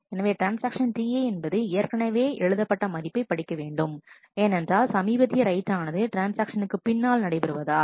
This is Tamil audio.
எனவே ட்ரான்ஸ்ஆக்ஷன் Ti என்பது ஏற்கனவே எழுதப்பட்ட மதிப்பை படிக்க வேண்டும் ஏனென்றால் சமீபத்திய ரைட் ஆனது ட்ரான்ஸ்ஆக்ஷனுக்கு பின்னால் நடைபெறுவதால்